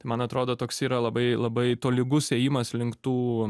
man atrodo toks yra labai labai tolygus ėjimas link tų